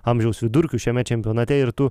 amžiaus vidurkių šiame čempionate ir tu